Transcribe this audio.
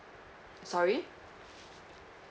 sorry